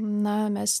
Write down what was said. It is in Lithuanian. na mes